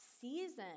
season